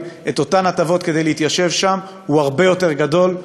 את אותן הטבות כדי להתיישב שם הוא הרבה יותר גדול.